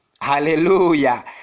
Hallelujah